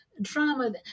drama